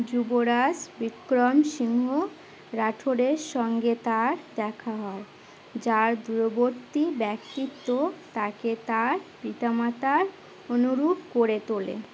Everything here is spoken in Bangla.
যুবরাজ বিক্রম সিংহ রাঠোরের সঙ্গে তার দেখা হয় যার দূরবর্তী ব্যক্তিত্ব তাকে তার পিতা মাতার অনুরূপ করে তোলে